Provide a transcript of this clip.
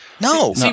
No